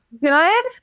Good